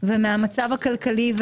מהמצב הכלכלי,